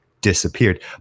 disappeared